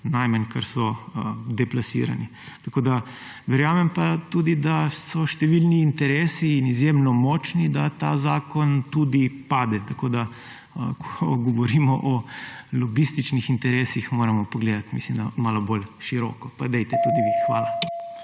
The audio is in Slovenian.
najmanj kar so, deplasirani. Tako da verjamem pa tudi, da so številni in izjemno močni interes, da ta zakon tudi pade, tako da ko govorimo o lobističnih interesih, moramo pogledati, mislim da, malo bolj široko, pa dajte tudi vi. Hvala.